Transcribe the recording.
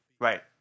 right